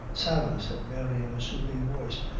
sarah, said mary, in a soothing voice,